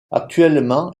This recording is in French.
actuellement